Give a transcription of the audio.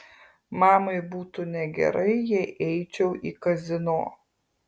mamai būtų negerai jei eičiau į kazino